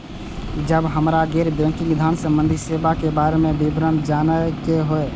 जब हमरा गैर बैंकिंग धान संबंधी सेवा के बारे में विवरण जानय के होय?